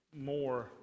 more